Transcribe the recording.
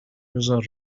بذار